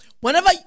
Whenever